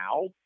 now